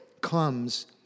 comes